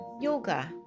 yoga